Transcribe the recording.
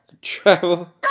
Travel